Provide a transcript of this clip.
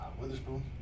Witherspoon